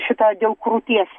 šitą dėl krūties